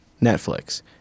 Netflix